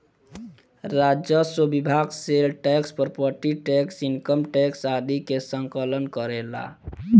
राजस्व विभाग sales tax property tax income tax आदि के संकलन करेला